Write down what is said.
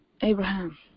Abraham